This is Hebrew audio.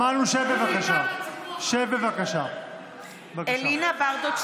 בעד רות וסרמן לנדה,